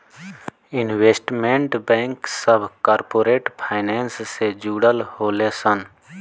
investment bank सभ corporate finance से जुड़ल होले सन